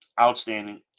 Outstanding